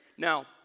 Now